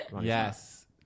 yes